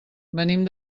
venim